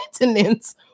maintenance